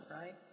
right